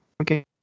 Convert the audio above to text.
Okay